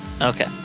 Okay